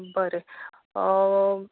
बरें अ